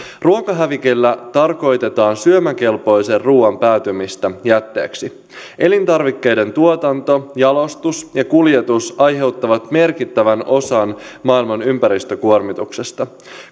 ruokahävikillä tarkoitetaan syömäkelpoisen ruuan päätymistä jätteeksi elintarvikkeiden tuotanto jalostus ja kuljetus aiheuttavat merkittävän osan maailman ympäristökuormituksesta